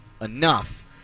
enough